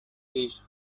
fish